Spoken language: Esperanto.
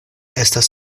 estas